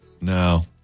No